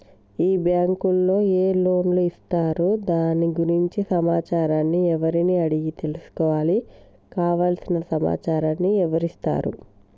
ఈ బ్యాంకులో ఏ లోన్స్ ఇస్తారు దాని గురించి సమాచారాన్ని ఎవరిని అడిగి తెలుసుకోవాలి? కావలసిన సమాచారాన్ని ఎవరిస్తారు?